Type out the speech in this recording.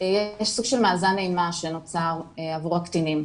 יש סוג של מאזן אימה שנוצר עבור הקטינים.